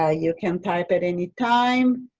ah you can type at any time.